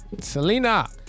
selena